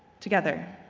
together.